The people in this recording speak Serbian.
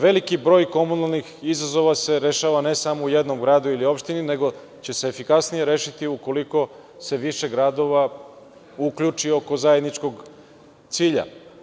Veliki broj komunalnih izazova se rešava ne samo u jednom gradu ili opštini, nego će se efikasnije rešiti ukoliko se više gradova uključi oko zajedničkog cilja.